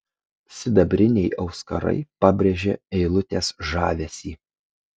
sidabriniai auskarai pabrėžė eilutės žavesį